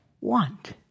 want